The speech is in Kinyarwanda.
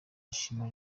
ashimira